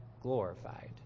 glorified